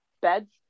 beds